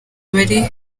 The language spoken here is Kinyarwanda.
bari